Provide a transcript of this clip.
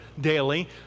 daily